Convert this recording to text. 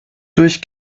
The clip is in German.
durch